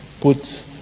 put